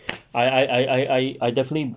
I I I I I definitely